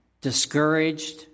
discouraged